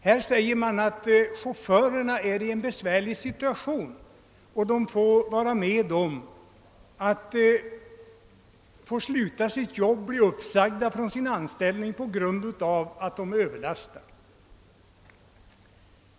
Man hävdar nu att chaufförerna befinner sig i en mycket besvärlig situation och riskerar att bli uppsagda från sin anställning på grund av överlasterna.